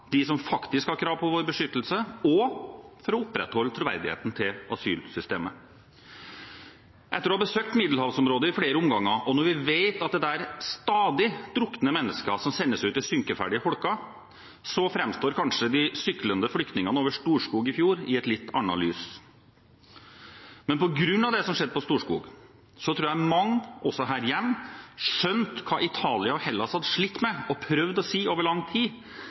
som faktisk har krav på vår beskyttelse og for å opprettholde troverdigheten til asylsystemet. Etter å ha besøkt middelhavsområdet i flere omganger, og når vi vet at det stadig drukner mennesker som sendes ut i synkeferdige holker, framstår kanskje de syklende flyktningene over Storskog i fjor i et litt annet lys. Men på grunn av det som skjedde på Storskog, tror jeg mange – også her hjemme – skjønte hva Italia og Hellas hadde slitt med og prøvd å si over lang tid,